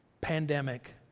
pandemic